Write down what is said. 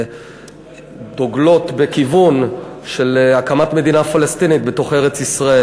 דוגלות בכיוון של הקמת מדינה פלסטינית בתוך ארץ-ישראל.